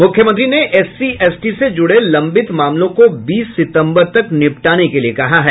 मुख्यमंत्री ने SC ST से जुड़े लंबित मामलों को बीस सितंबर तक निपटाने के लिये कहा है